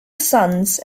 sons